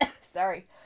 sorry